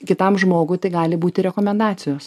kitam žmogui tai gali būti rekomendacijos